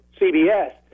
CBS